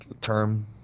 term